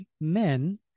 men